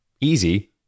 easy